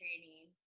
training